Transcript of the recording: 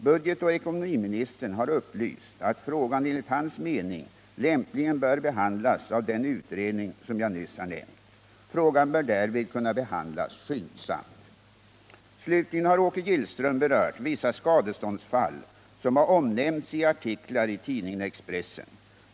Budgetoch ekonomiministern har upplyst att frågan enligt hans mening lämpligen bör behandlas av den utredning som jag nyss har nämnt. Frågan bör därvid kunna behandlas skyndsamt. Slutligen har Åke Gillström berört vissa skadeståndsfall som har omnämnts i artiklar i tidningen Expressen.